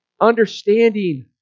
understanding